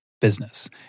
business